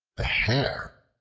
the hare,